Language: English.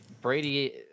Brady